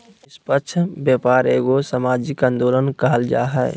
निस्पक्ष व्यापार एगो सामाजिक आंदोलन कहल जा हइ